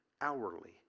hourly